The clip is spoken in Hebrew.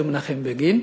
זה מנחם בגין,